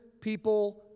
people